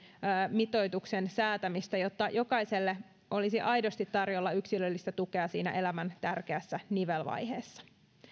mitoituksen säätämistä jotta jokaiselle olisi aidosti tarjolla yksilöllistä tukea siinä elämän tärkeässä nivelvaiheessa